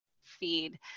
feed